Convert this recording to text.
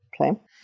Okay